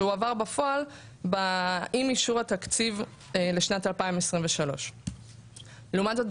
שהועבר בפועל עם אישור התקציב לשנת 2023. לעומת זאת,